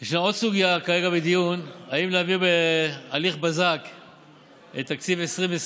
יש עוד סוגיה כרגע בדיון: האם להעביר בהליך בזק את תקציב 2020,